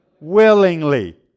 Willingly